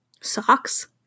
socks